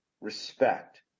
respect